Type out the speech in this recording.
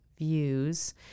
views